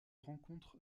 rencontre